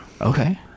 Okay